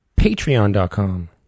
patreon.com